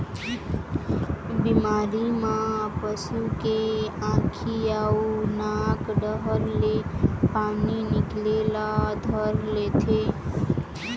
बिमारी म पशु के आँखी अउ नाक डहर ले पानी निकले ल धर लेथे